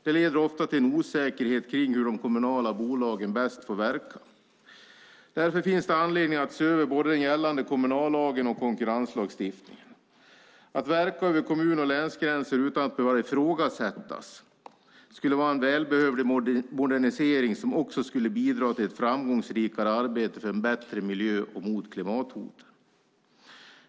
Det leder också till en osäkerhet om hur de kommunala bolagen bäst får verka. Därför finns det anledning att se över både den gällande kommunallagen och konkurrenslagstiftningen. Att verka över kommun och länsgränser utan att behöva ifrågasättas skulle vara en välbehövlig modernisering som också skulle bidra till ett framgångsrikare arbete för en bättre miljö och mot klimathot.